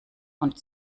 und